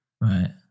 Right